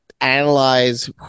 analyze